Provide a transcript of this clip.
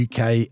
UK